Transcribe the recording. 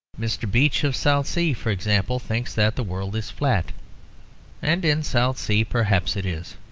mr. beach of southsea, for example, thinks that the world is flat and in southsea perhaps it is.